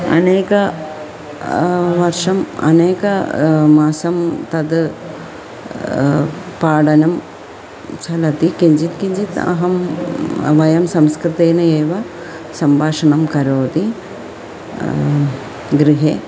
अनेकं वर्षम् अनेकं मासं तद् पाठनं चलति किञ्चित् किञ्चित् अहं वयं संस्कृतेन एव सम्भाषणं करोति गृहे